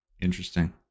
interesting